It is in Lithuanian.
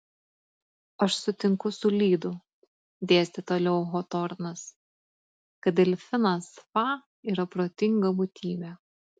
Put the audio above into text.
aš sutinku su lydu dėstė toliau hotornas kad delfinas fa yra protinga būtybė